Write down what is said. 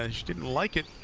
and she didn't like it.